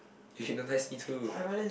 you should realise it too